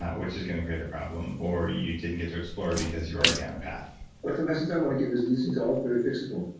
which is going to create a problem. or you didn't get to explore because you were already on a path but the message i want to give is these and things are very fixable.